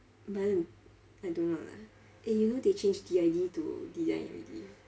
but then I don't know lah eh you now they change D_I_D to D_I already